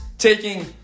taking